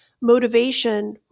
motivation